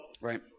Right